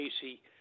Casey